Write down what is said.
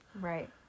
Right